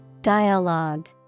Dialogue